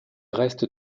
restent